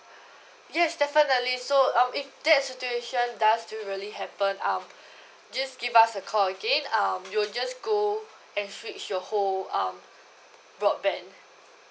yes definitely so um if that situation does still really happen um just give us a call again um we'll just go and switch your whole um broadband